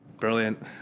Brilliant